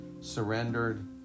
surrendered